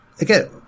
Again